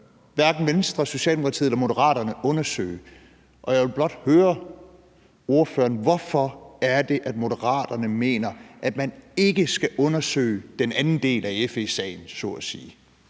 hverken Venstre, Socialdemokraterne eller Moderaterne undersøge. Jeg vil blot høre ordføreren, hvorfor det er, at Moderaterne mener, at man ikke skal undersøge den anden del af FE-sagen, så at sige.